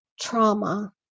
trauma